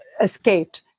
escaped